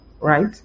Right